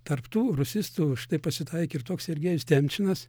tarp tų rusistų štai pasitaikė ir toks sergejus temčinas